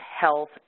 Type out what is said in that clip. health